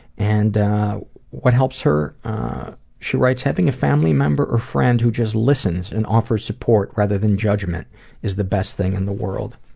and what helps she writes having a family member or friend who just listens and offers support rather than judgment is the best thing in the world.